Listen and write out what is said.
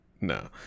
no